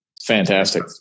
Fantastic